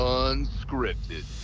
unscripted